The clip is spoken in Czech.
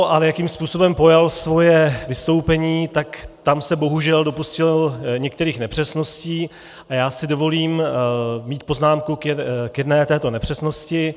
Ale to, jakým způsobem pojal svoje vystoupení, tak tam se bohužel dopustil některých nepřesností a já si dovolím mít poznámku k jedné této nepřesnosti.